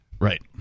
Right